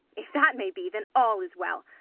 if that may be, then all is well.